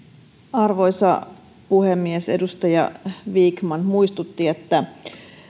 arvoisa puhemies edustaja vikman muistutti että